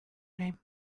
name